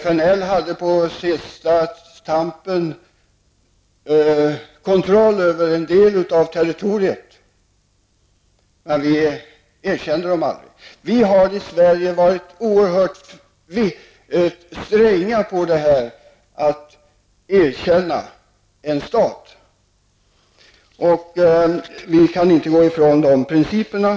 FNL hade på sluttampen kontroll över en del av territoriet, men vi erkände aldrig FNL. Vi har i Sverige ställt oerhört stränga krav för att erkänna en stat. Vi kan inte gå ifrån de principerna.